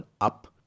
up